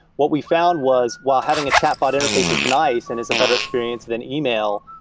what we found was while having a chatbot interface is nice and is a better experience than e mail,